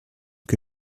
que